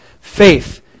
Faith